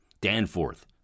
Danforth